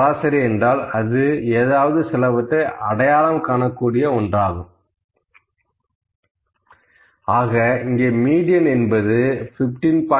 சராசரி என்றால் அது ஏதாவது சிலவற்றை அடையாளம் காணக்கூடிய ஒன்றாகும் ஆக இங்கே மீடியன் என்பது 15